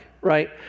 right